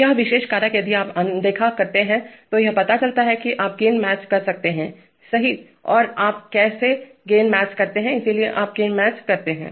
यह विशेष कारक यदि आप अनदेखा करते हैं तो यह पता चलता है कि आप गेन मैच कर सकते हैं सही और आप कैसे गेन मैच करते हैं इसलिए आप गेन मैच करते हैं